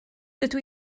dydw